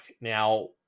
Now